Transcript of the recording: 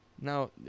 Now